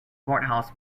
courthouse